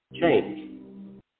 Change